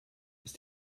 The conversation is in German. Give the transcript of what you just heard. ist